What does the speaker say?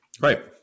Right